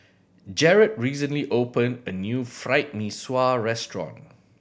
Jerod recently opened a new Fried Mee Sua restaurant